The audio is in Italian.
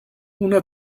una